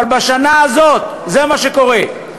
אבל בשנה הזאת זה מה שקורה.